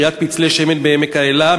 כריית פצלי שמן בעמק-האלה,